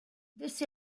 this